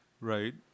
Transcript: Right